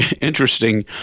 interesting